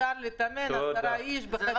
מותר לעשרה אנשים להתאמן בחדר